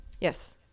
Yes